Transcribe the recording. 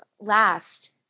last